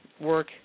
work